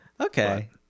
okay